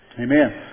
Amen